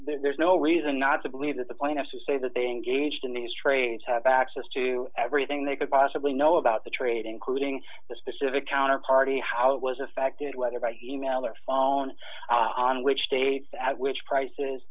there's no reason not to believe that the plaintiff to say that they engaged in these trains have access to everything they could possibly know about the trade including the specific counter party how it was affected whether by email or phone on which states at which prices